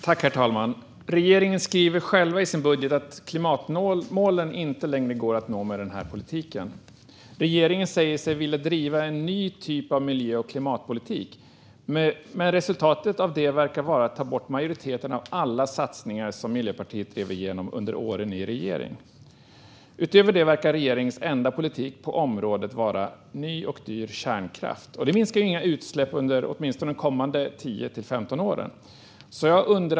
Herr talman! Regeringen skriver själv i sin budget att klimatmålen inte längre kan nås med hjälp av den här politiken. Regeringen säger sig vilja driva en ny typ av miljö och klimatpolitik, men resultatet av det verkar vara att ta bort majoriteten av alla satsningar som Miljöpartiet drev igenom under åren i regering. Utöver det verkar regeringens enda politik på området vara ny och dyr kärnkraft. Det minskar inga utsläpp under åtminstone de kommande 10-15 åren.